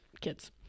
kids